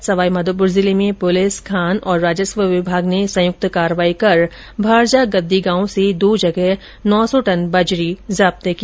इसके तहत सवाईमाधोपुर जिले में पुलिस खान और राजस्व विभाग ने संयुक्त कार्यवाही करते हए भारजा गद्दी गांव में दो जगह नौ सौ टन बजरी जब्त की